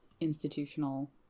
institutional